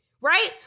right